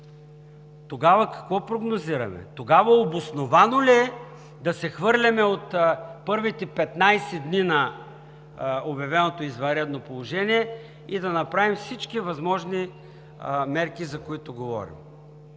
тогава какво прогнозираме?! Тогава обосновано ли е да се хвърляме от първите 15 дни на обявеното извънредно положение и да направим всички възможни мерки, за които говорим?